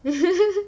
then